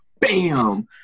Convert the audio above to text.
Bam